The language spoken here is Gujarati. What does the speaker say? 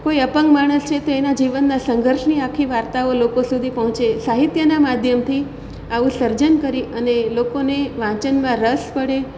કોઈ અપંગ માણસ છે તો એના જીવનના સંઘર્ષની આખી વાર્તાઓ લોકો સુધી પહોંચે સાહિત્યનાં માધ્યમથી આવું સર્જન કરી અને લોકોને વાંચનમાં રસ પડે